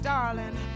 darling